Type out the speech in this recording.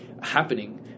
happening